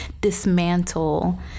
dismantle